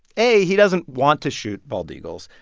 a, he doesn't want to shoot bald eagles.